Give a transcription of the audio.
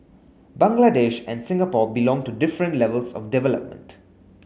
Bangladesh and Singapore belong to different levels of development